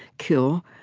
kill,